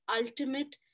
ultimate